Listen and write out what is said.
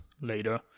later